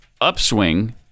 upswing